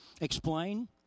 explain